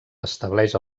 estableix